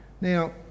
Now